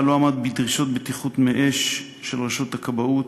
לא עמד בדרישות בטיחות אש של רשות הכבאות,